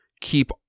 keep